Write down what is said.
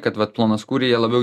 kad vat plonaskūriai jie labiau